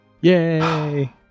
Yay